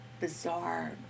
bizarre